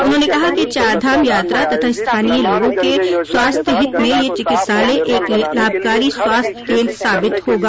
उन्होंने कहा कि चारधाम यात्रा तथा स्थानीय लोगों के स्वास्थ्य हित में यह चिकित्सालय एक लाभाकारी स्वास्थ्य केन्द्र साबित होगा